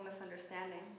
misunderstanding